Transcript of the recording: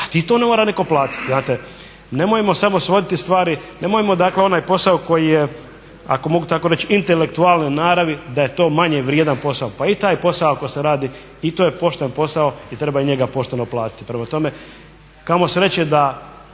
A i to mora netko platiti. Znate, nemojmo samo svoditi stvari, nemojmo dakle onaj posao koji je ako mogu tako reći intelektualne naravi da je to manje vrijedan posao. Pa i taj posao ako se radi i to je pošten posao i treba i njega pošteno platiti. Prema tome, kamo sreće da